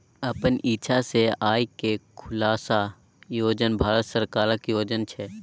अपन इक्षा सँ आय केर खुलासा योजन भारत सरकारक योजना छै